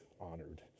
honored